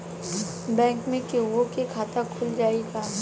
Bank में केहूओ के खाता खुल जाई का?